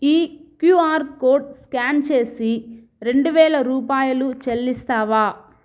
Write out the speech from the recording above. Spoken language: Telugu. ఈ క్యూఆర్ కోడ్ స్క్యాన్ చేసి రెండువేల రూపాయలు చెల్లిస్తావా